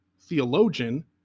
theologian